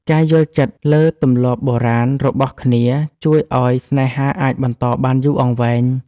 ការយល់ចិត្តលើទម្លាប់បុរាណរបស់គ្នាជួយឱ្យស្នេហាអាចបន្តបានយូរអង្វែង។